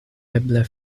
eble